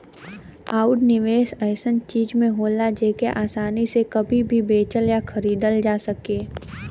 आउर निवेस ऐसन चीज में होला जेके आसानी से कभी भी बेचल या खरीदल जा सके